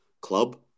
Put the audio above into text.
club